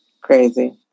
crazy